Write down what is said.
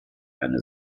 eine